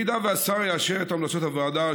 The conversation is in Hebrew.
אם השר יאשר את המלצות הוועדה,